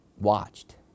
watched